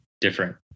Different